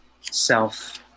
self